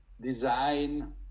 design